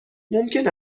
ممکن